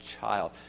child